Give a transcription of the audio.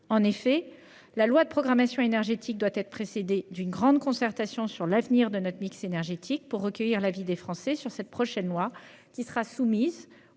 En effet, la loi de programmation énergétique doit être précédée d'une grande concertation sur l'avenir de notre mix énergétique, afin de recueillir l'avis des Français sur ce nouveau texte, qui sera soumis